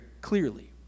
clearly